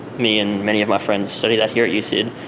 me and many of my friends studied that here at u syd,